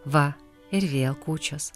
va ir vėl kūčios